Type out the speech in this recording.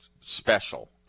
special